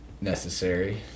necessary